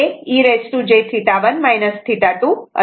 आणि V1 इथे आहे आणि ते V2 आहे